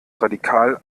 radikal